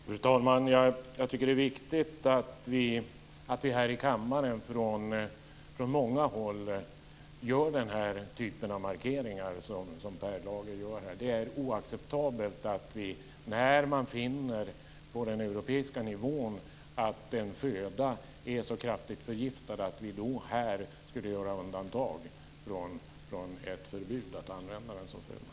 Fru talman! Jag tycker att det är viktigt att vi här i kammaren från många håll gör den typ av markeringar som Per Lager nu gör. Det är oacceptabelt att vi när man på den europeiska nivån finner ett födoämne vara kraftigt förgiftat här ska göra undantag från ett förbud mot dess användning som föda.